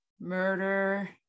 murder